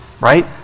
right